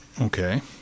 Okay